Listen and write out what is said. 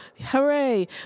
Hooray